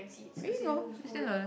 bingo you send to